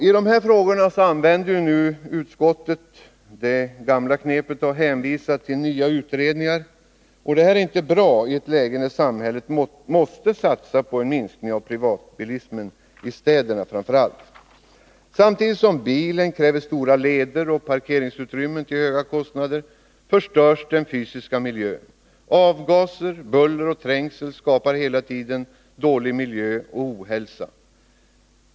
I de här frågorna använder utskottet det gamla knepet att hänvisa till nya utredningar. Det är inte bra i ett läge där samhället måste satsa på en minskning av privatbilismen, framför allt i städerna. Samtidigt som bilen kräver stora leder och parkeringsutrymmen till höga kostnader förstörs den fysiska miljön. Avgaser, buller och trängsel skapar hela tiden dålig miljö och ohälsa.